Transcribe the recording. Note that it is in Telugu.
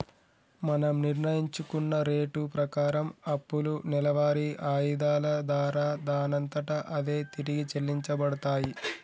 మనం నిర్ణయించుకున్న రేటు ప్రకారం అప్పులు నెలవారి ఆయిధాల దారా దానంతట అదే తిరిగి చెల్లించబడతాయి